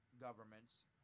governments